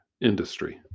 industry